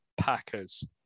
Packers